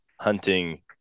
hunting